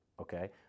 okay